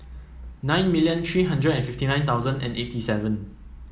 nine million three hundred and fifty nine thousand and eighty seven